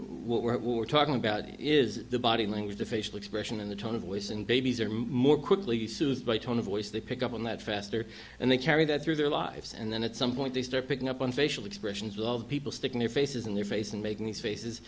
what we're talking about is the body language the facial expression and the tone of voice and babies are more quickly soothed by tone of voice they pick up on that faster and they carry that through their lives and then at some point they start picking up on facial expressions of people sticking their faces in their face and making these faces